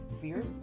fear